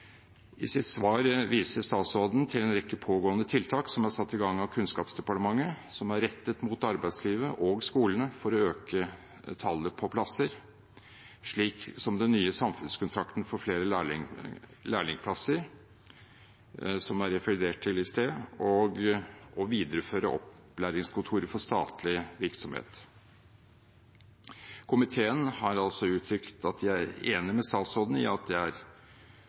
I sitt svar viser statsråden til en rekke pågående tiltak som er satt i gang av Kunnskapsdepartementet, og som er rettet mot arbeidslivet og skolene for å øke tallet på plasser, slik som den nye samfunnskontrakten for flere læreplasser, som jeg refererte til i stad, og å videreføre opplæringskontoret for statlig virksomhet. Komiteen har uttrykt at de er enig med statsråden i at det